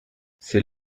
c’est